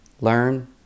learn